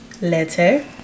letter